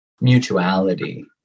mutuality